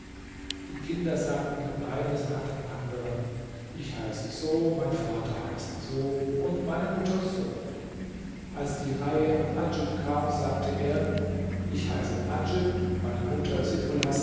die kinder sagten dann eines nach dem anderen ich heiße so mein vater heißt so und meine mutter so als die reihe an adjib kam sagte er ich heiße adjib meine mutter